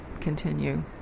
continue